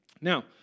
Now